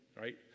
right